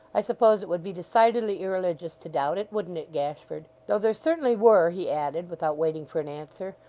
i suppose it would be decidedly irreligious to doubt it wouldn't it, gashford? though there certainly were he added, without waiting for an answer,